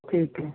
ਠੀਕ ਐ